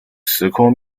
时空